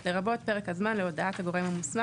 לרבות פרק הזמן בידי הגורם המוסמך,